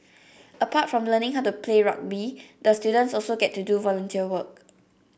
apart from learning how to play rugby the students also get to do volunteer work